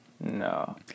No